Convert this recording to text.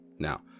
Now